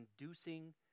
inducing